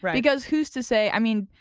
because who's to say? i mean,